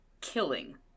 killing